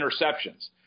interceptions